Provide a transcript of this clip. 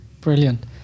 Brilliant